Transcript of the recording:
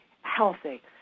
healthy